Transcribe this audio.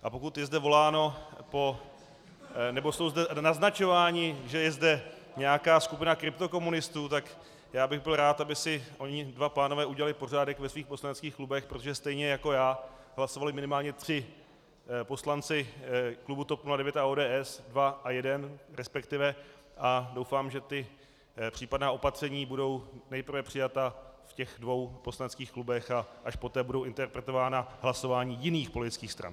A pokud je zde voláno nebo je zde naznačováno, že je zde nějaká skupina kryptokomunistů, tak já bych byl rád, aby si oni dva pánové udělali pořádek ve svých poslaneckých klubech, protože stejně jako já hlasovali minimálně tři poslanci klubu TOP 09 a ODS, dva a jeden respektive, a doufám, že případná opatření budou nejprve přijata v těch dvou poslaneckých klubech, a až poté budou interpretována hlasování jiných politických stran.